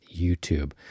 YouTube